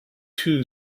two